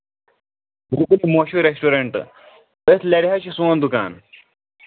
مٔہشوٗر restaurant أتھۍ لَرِ حظ چھِ سون دُکان